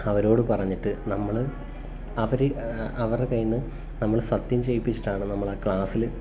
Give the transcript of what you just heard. അവരോടു പറഞ്ഞിട്ട് നമ്മൾ അവർ അവരുടെ കയ്യിൽ നിന്ന് നമ്മൾ സത്യം ചെയ്യിപ്പിച്ചിട്ടാണ് നമ്മളാ ക്ലാസ്സിൽ